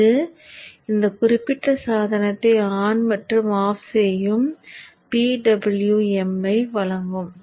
இது இந்த குறிப்பிட்ட சாதனத்தை ஆன் மற்றும் ஆஃப் செய்யும் PWMஐ வழங்கும்